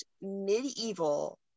medieval